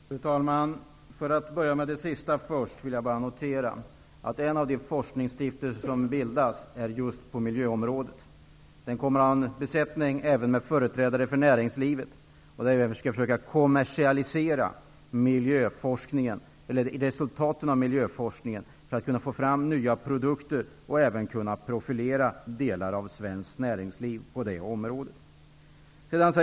Fru talman! För att börja med det sista, noterar jag bara att en av de forskningsstiftelser som bildas gäller just miljöområdet. Den kommer att ha en besättning med företrädare även för näringslivet, och man skall försöka kommersialisera resultaten av miljöforskningen för att kunna ta fram nya produkter och även profilera delar av svenskt näringsliv på det området.